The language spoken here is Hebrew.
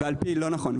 לא נכון.